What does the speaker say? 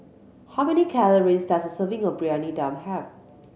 how many calories does a serving of Briyani Dum have